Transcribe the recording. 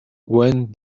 when